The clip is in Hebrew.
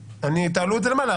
תעלו את זה למעלה,